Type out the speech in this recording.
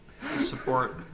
support